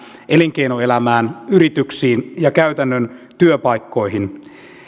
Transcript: elinkeinoelämään yrityksiin ja käytännön työpaikkoihin